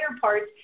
parts